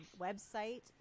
website